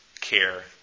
care